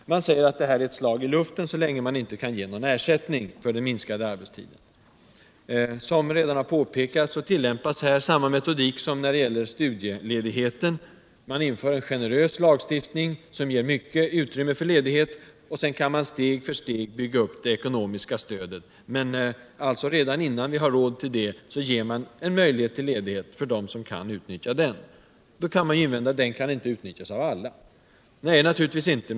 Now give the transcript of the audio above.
De säger att den här rätten blir ett slag i luften så länge man inte kan ge någon ersättning för minskningen av arbetstiden. Som redan har påpekats, tillämpas här samma metodik som när det gäller studieledighet. Man inför en generös lagstiftning som ger stort utrymme för ledighet. Sedan kan vi steg för steg bygga upp det ekonomiska stödet. Men redan innan vi har råd att göra det, ger vi alltså en möjlighet till ledighet för dem som kan utnyttja den. Det kan då invändas att ledigheten inte kan utnyttjas av alla. Nej, naturligtvis inte!